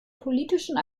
politischen